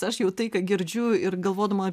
aš jau tai ką girdžiu ir galvodama